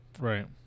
Right